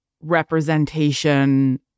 representation